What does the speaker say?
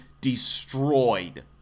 destroyed